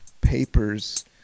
papers